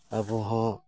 ᱟᱵᱚ ᱦᱚᱸ